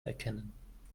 erkennen